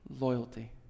Loyalty